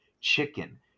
chicken